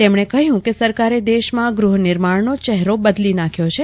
તેમણે કહ્યું કેસરકારે દેશમાં ગ્રહનિર્માણનો ચહેરો બદલી નાંખ્યો છે